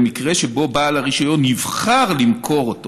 במקרה שבעל הרישיון יבחר למכור אותו